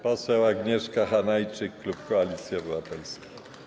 Poseł Agnieszka Hanajczyk, klub Koalicji Obywatelskiej.